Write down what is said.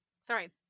Sorry